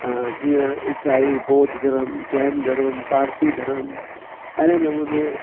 जीअं इसाई बौध धर्मु जैन धर्मु पारसी धर्मु अहिड़े नमूने